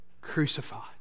crucified